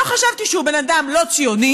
לא חשבתי שהוא בן אדם לא ציוני,